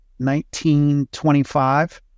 1925